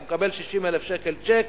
אתה מקבל 60,000 שקל צ'ק